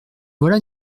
voilà